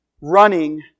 running